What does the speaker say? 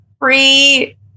free